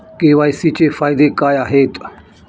KYC चे फायदे काय आहेत?